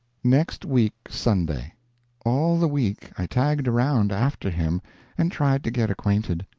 next week sunday all the week i tagged around after him and tried to get acquainted.